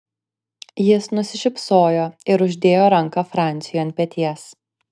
jis nusišypsojo ir uždėjo ranką franciui ant peties